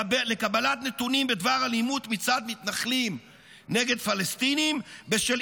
לקבלת נתונים בדבר אלימות מצד מתנחלים נגד פלסטינים בשל